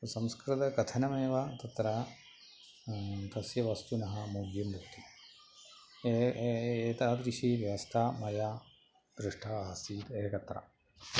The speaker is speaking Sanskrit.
संस्कृतकथनमेव तत्र तस्य वस्तुनः मूल्यं भवति एतादृशी व्यवस्था मया दृष्टा आसीत् एकत्र